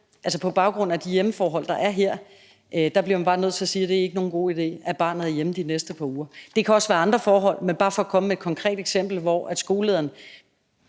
man på baggrund af de hjemmeforhold, der er her, bliver nødt til at sige, at det ikke er nogen god idé, at barnet er hjemme de næste par uger. Det kan også være andre forhold, men det er bare for at komme med et konkret eksempel, hvor skolelederen